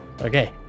Okay